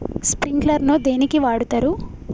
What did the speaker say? Sprinkler ను దేనికి వాడుతరు?